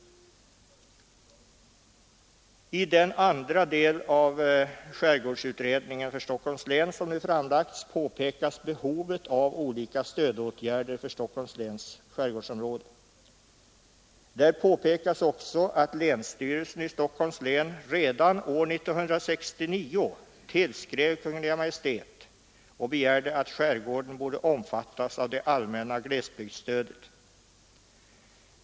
I den andra del av skärgårdsutredningen för Stockholms län som nu framlagts påpekas behovet av olika stödåtgärder för Stockholms läns skärgårdsområde. Där påpekas behovet av olika stödåtgärder för Stockholms län. Redan år 1969 tillskrev man Kungl. Maj:t och begärde att skärgården borde omfattas av det allmänna glesbygdsstödet.